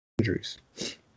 injuries